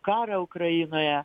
karą ukrainoje